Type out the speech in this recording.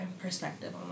perspective